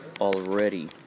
already